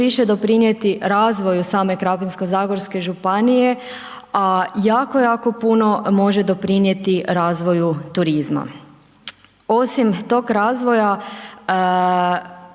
više doprinijeti razvoju same Krapinsko-zagorske županije a jako, jako puno može doprinijeti razvoju turizma, osim tog razvoja,